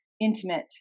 intimate